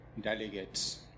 delegates